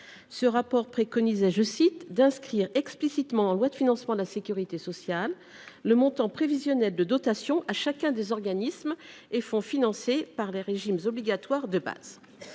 Ce rapport préconise d’« inscrire explicitement en loi de financement de la sécurité sociale le montant prévisionnel de dotation à chacun des organismes et fonds financés par les régimes obligatoires de base